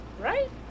Right